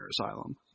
Asylum